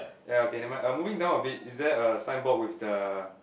ya okay never mind uh moving down a bit is there a sign board with the